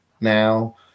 now